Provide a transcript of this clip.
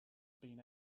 been